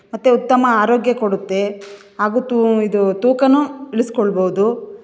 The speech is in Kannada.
ಮತ್ತೆ ಉತ್ತಮ ಆರೋಗ್ಯ ಕೊಡುತ್ತೆ ಹಾಗೂ ತೂ ಇದು ತೂಕನು ಇಳಿಸ್ಕೊಳ್ಬೋದು